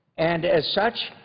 and as such,